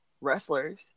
wrestlers